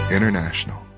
International